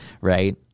Right